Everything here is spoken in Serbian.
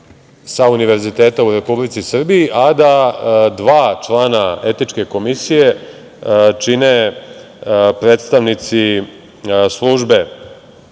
sa univerziteta u Republici Srbiji, a da dva člana etičke komisije čine predstavnici službe